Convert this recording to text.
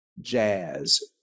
jazz